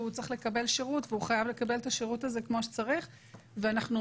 צריך לקבל שירות והוא חייב לקבל את השירות הזה כמו שצריך.